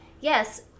yes